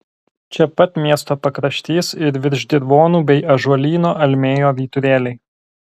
čia pat miesto pakraštys ir virš dirvonų bei ąžuolyno almėjo vyturėliai